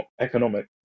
economic